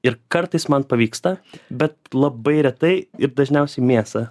ir kartais man pavyksta bet labai retai ir dažniausiai mėsą